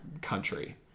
country